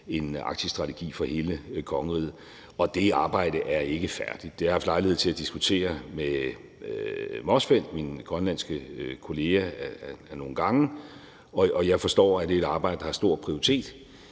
en arktisk strategi for hele kongeriget. Og det arbejde er ikke færdigt. Det har jeg haft lejlighed til at diskutere med Motzfeldt, min grønlandske kollega, nogle gange, og jeg forstår, at det er et arbejde, der har stor prioritet